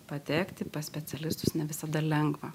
patekti pas specialistus ne visada lengva